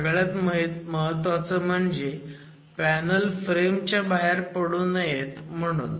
सगळ्यात महत्त्वाचं म्हणजे पॅनल फ्रेम च्या बाहेर पडू नये म्हणून